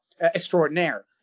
Extraordinaire